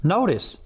Notice